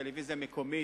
טלוויזיה מקומית.